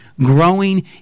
growing